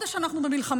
חודש אנחנו במלחמה.